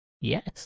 Yes